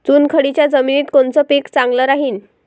चुनखडीच्या जमिनीत कोनचं पीक चांगलं राहीन?